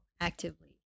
actively